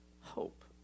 hope